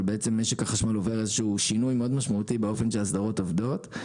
אבל משק החשמל עובד שינוי מאוד משמעותי באופן שבו אסדרות עובדות,